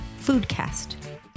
foodcast